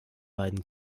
beiden